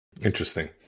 Interesting